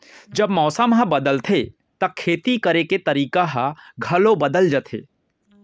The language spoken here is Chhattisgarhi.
जब मौसम ह बदलथे त खेती करे के तरीका ह घलो बदल जथे?